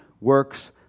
works